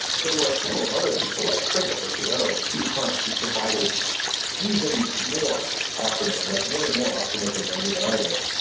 there were a couple of other people like christopher chedeau and pete hunt who provide even more optimism, like way more optimism than even i did.